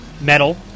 Metal